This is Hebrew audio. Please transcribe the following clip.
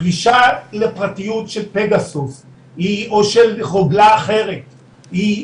פלישה לפרטיות של פגסוס או של חוגלה אחרת היא